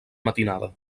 matinada